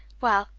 well,